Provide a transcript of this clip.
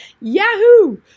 yahoo